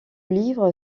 livre